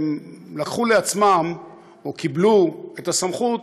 שלקחו לעצמם, או קיבלו, את הסמכות